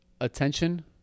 Attention